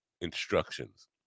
instructions